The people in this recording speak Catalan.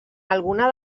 alguna